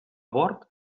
bord